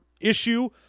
issue